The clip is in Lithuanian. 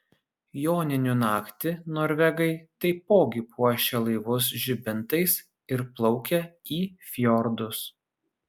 joninių naktį norvegai taipogi puošia laivus žibintais ir plaukia į fjordus